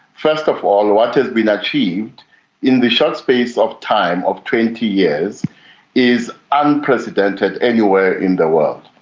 first of all, what has been achieved in the short space of time of twenty years is unprecedented anywhere in the world.